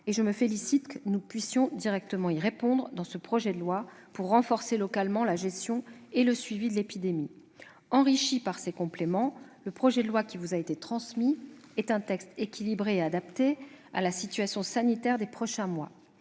et je me félicite que nous puissions directement y répondre dans ce projet de loi pour renforcer localement la gestion et le suivi de l'épidémie. Enrichi par ces compléments, le projet de loi qui vous a été transmis est un texte équilibré et adapté à la situation sanitaire des prochains mois.